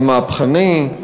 המהפכני,